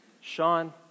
Sean